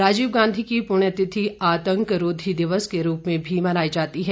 राजीव गांधी की पुण्यतिथि आतंक रोधी दिवस के रूप में भी मनाई जाती है